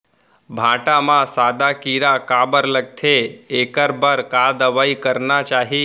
भांटा म सादा कीरा काबर लगथे एखर बर का दवई करना चाही?